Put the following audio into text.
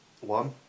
one